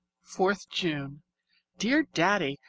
fourth june dear daddy,